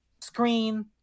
screen